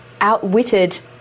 outwitted